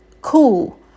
cool